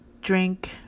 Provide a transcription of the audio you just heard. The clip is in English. drink